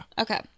Okay